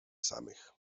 samych